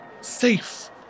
safe